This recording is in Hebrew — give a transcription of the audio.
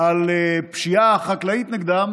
על הפשיעה החקלאית נגדם